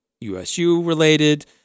USU-related